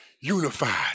unified